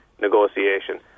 negotiation